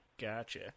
gotcha